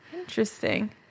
Interesting